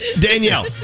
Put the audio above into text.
Danielle